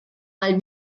mal